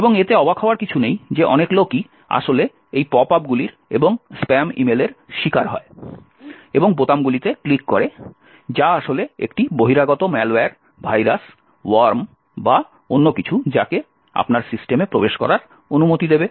এবং এতে অবাক হওয়ার কিছু নেই যে অনেক লোকই আসলে এই পপ আপগুলির এবং স্প্যাম ইমেল এর শিকার হয় এবং বোতামগুলিতে ক্লিক করে যা আসলে একটি বহিরাগত ম্যালওয়্যার ভাইরাস ওয়র্ম বা অন্য কিছু যাকে আপনার সিস্টেমে প্রবেশ করার অনুমতি দেবে